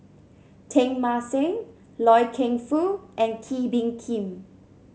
Teng Mah Seng Loy Keng Foo and Kee Bee Khim